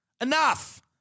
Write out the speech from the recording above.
Enough